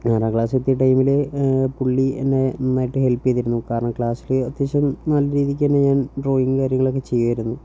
ആറാം ക്ലാസ് എത്തിയ ടൈമിൽ പുള്ളി എന്നെ നന്നായിട്ട് ഹെൽപ്പ് ചെയ്തിരുന്നു കാരണം ക്ലാസിൽ അത്യാവശ്യം നല്ല രീതിയ്ക്ക് തന്നെ ഞാൻ ഡ്രോയിങ്ങും കാര്യങ്ങളൊക്കെ ചെയ്യുമായിരുന്നു